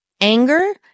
anger